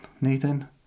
Nathan